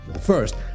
First